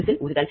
whistle ஊதுதல்